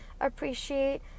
appreciate